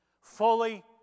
Fully